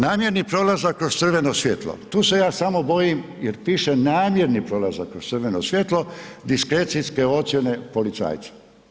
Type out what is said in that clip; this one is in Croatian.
Namjerno prolazak kroz crveno svjetlo, tu se ja samo bojim jer piše namjerni prolazak kroz crveno svjetlo, diskrecijske ocjene policajca.